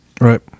Right